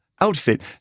outfit